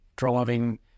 driving